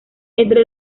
entre